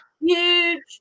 huge